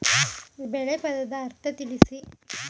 ಬೆಳೆ ಪದದ ಅರ್ಥ ತಿಳಿಸಿ?